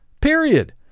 period